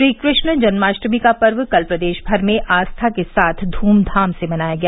श्रीकृष्ण जन्माष्टमी का पर्व कल प्रदेश भर में आस्था के साथ धूमधाम से मनाया गया